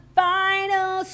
final